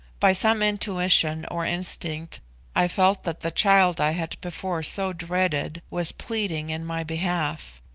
by some intuition or instinct i felt that the child i had before so dreaded was pleading in my behalf.